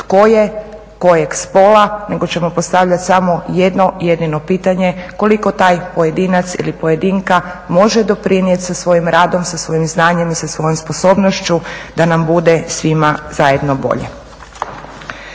tko je kojeg spola nego ćemo postavljati samo jedno jedino pitanje koliko taj pojedinac ili pojedinka može doprinijeti sa svojim radom, sa svojim znanjem i sa svojom sposobnošću da nam bude svima zajedno bolje.